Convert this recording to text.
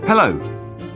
Hello